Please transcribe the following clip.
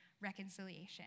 reconciliation